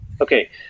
Okay